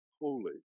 holy